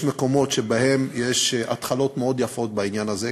יש מקומות שבהם יש התחלות מאוד יפות בעניין הזה,